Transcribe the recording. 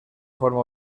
forma